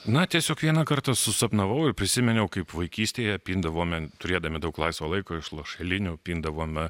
na tiesiog vieną kartą susapnavau ir prisiminiau kaip vaikystėje pindavome turėdami daug laisvo laiko iš lašelinių pindavome